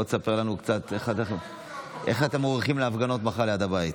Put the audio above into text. בוא תספר לנו קצת איך אתם ערוכים להפגנות מחר ליד הבית.